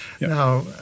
Now